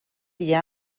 دیگه